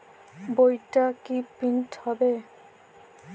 বইটা কি প্রিন্ট হবে?